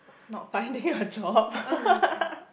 not finding a job